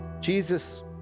Jesus